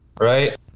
right